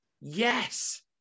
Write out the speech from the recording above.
yes